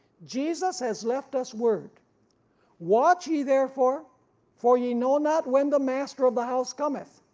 jesus has left us word watch ye therefore for ye know not when the master of the house cometh,